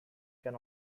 can